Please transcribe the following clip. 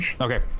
Okay